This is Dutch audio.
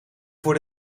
voor